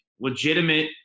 legitimate